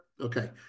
Okay